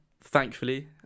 Thankfully